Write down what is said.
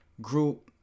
group